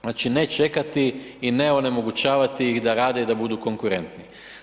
Znači, ne čekati i ne onemogućavati i da rade i da budu konkurentni.